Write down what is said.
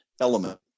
element